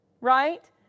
Right